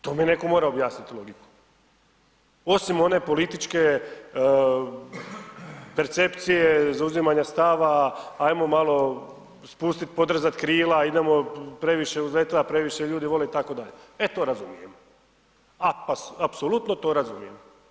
To mi netko mora objasniti logiku osim one političke percepcije, zauzimanja stava, ajmo malo spustit, podrezat krila, idemo, previše je uzletila, previše je ljudi vole itd., e to razumijem, apsolutno to razumijem.